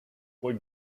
what